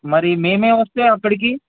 మరి మేమే వస్తే అక్కడికి